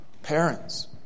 Parents